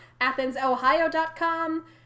AthensOhio.com